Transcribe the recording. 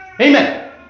Amen